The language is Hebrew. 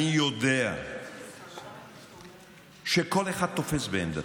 אני יודע שכל אחד תופס בעמדתו,